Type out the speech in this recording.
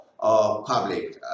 Public